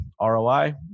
ROI